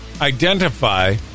identify